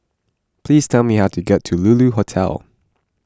please tell me how to get to Lulu Hotel